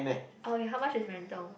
oh ya how much is rental